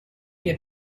mir